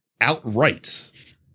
outright